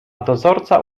dozorca